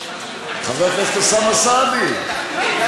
חבר הכנסת אוסאמה סעדי,